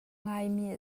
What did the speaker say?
ngaimi